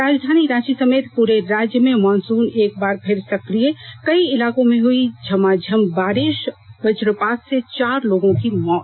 राजधानी रांची समेत पूरे राज्य में मॉनसून एक बार फिर सक्रिय कई इलाकों में हुई झमाझम बारिष वज्रपात से चार लोगों की मौत